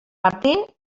martí